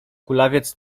kulawiec